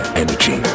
energy